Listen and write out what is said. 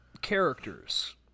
Characters